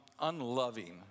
unloving